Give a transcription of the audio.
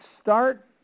start